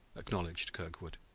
acknowledged kirkwood.